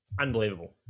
Unbelievable